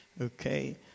Okay